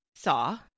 saw